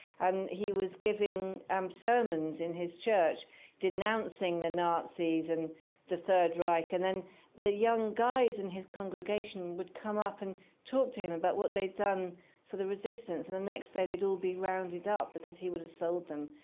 and he was giving um sermons in his church denouncing the nazis and the third reich. and then the young guys in his congregation would come up and talk to him about what they'd done for the resistance. and the next day, they'd all be rounded up because he would have sold them.